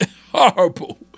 Horrible